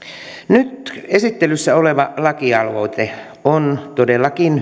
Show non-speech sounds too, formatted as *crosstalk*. nyt esittelyssä oleva lakialoite on todellakin *unintelligible*